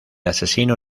asesino